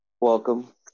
Welcome